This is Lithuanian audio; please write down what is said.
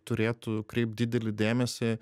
turėtų kreipt didelį dėmesį